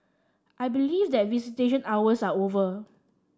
I believe that visitation hours are over